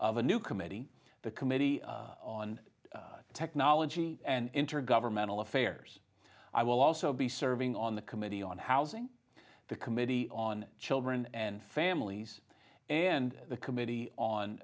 of a new committee the committee on technology and intergovernmental affairs i will also be serving on the committee on housing the committee on children and families and the committee on